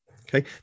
okay